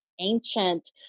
ancient